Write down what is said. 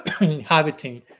inhabiting